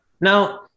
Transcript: Now